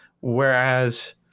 Whereas